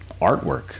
artwork